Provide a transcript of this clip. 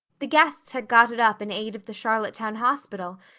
the guests had got it up in aid of the charlottetown hospital,